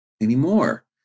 anymore